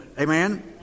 Amen